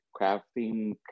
crafting